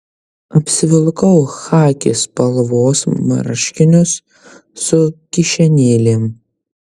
apsivilkau chaki spalvos marškinius su kišenėlėm